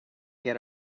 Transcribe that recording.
get